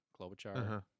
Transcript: Klobuchar